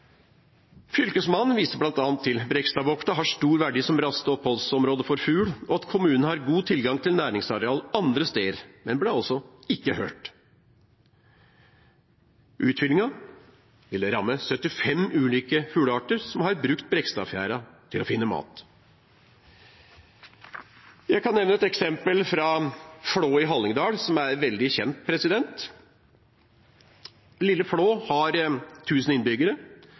Fylkesmannen viste bl.a. til at Brekstadbukta har stor verdi som raste- og oppholdsområde for fugl, og at kommunen har god tilgang til næringsareal andre steder, men ble altså ikke hørt. Utfyllingen ville ramme 75 ulike fuglearter som har brukt Brekstadfjæra til å finne mat. Jeg kan nevne et eksempel fra Flå i Hallingdal som er veldig kjent. Lille Flå har 1 000 innbyggere